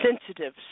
sensitive